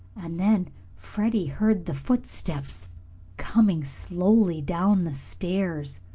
and then freddie heard the footsteps coming slowly down the stairs.